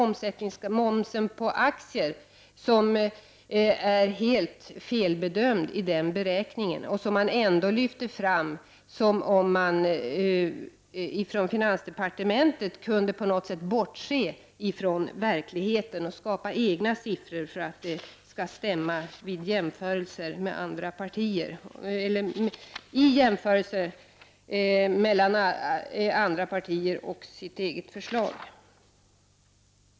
Momsen på aktier är alltså helt felbedömd i den beräkningen. Ändå lyfts den fram, som om finansdepartementet kunde bortse från verkligheten och skapa egna siffror för att det skall stämma i jämförelser med andra partiers förslag.